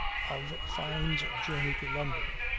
of fyne's journey to london.